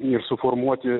ir suformuoti